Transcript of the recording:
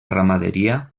ramaderia